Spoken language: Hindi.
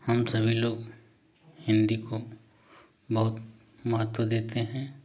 हम सभी लोग हिंदी को बहुत महत्व देते हैं